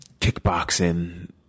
kickboxing